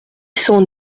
cent